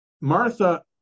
Martha